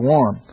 one